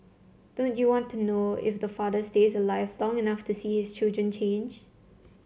don't you want to know if the father stays alive long enough to see his children change